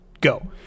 Go